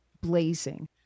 blazing